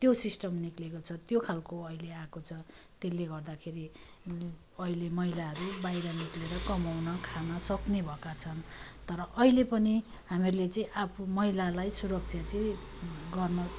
त्यो सिस्टम निस्केको छ त्यो खाले अहिले आएको छ त्यसले गर्दाखेरि अहिले महिलाहरू बाहिर निस्केर कमाउन खान सक्ने भएका छन् तर अहिले पनि हामीले चाहि आफू महिलालाई सुरक्षा चाहिँ गर्न